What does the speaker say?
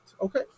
Okay